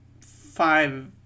five